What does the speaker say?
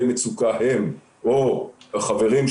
ועוד דבר שאנחנו רואים,